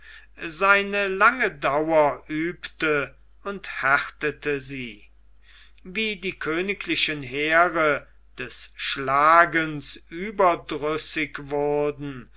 seine lange dauer übte und härtete sie wie die königlichen heere des schlagens überdrüssig wurden